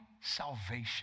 salvation